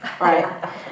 right